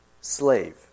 slave